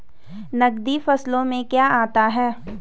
नकदी फसलों में क्या आता है?